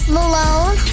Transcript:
Malone